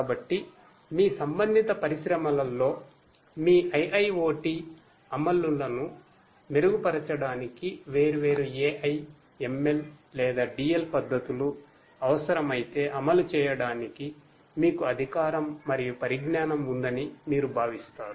కాబట్టి మీ సంబంధితపరిశ్రమలలోమీ IIoT అమలులను మెరుగుపరచడానికి వేర్వేరు AI ML లేదా DL పద్ధతులు అవసరమైతే అమలు చేయడానికి మీకు అధికారం మరియు పరిజ్ఞానం ఉందని మీరు భావిస్తారు